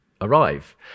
arrive